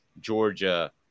Georgia